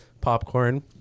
popcorn